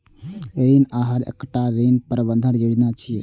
ऋण आहार एकटा ऋण प्रबंधन योजना छियै